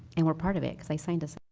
and we are part of it because i signed us